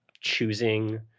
choosing